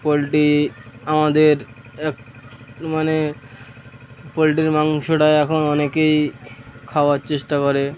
poultry আমাদের এক মানে পোলট্রির মাংসটা এখন অনেকেই খাওয়ার চেষ্টা করে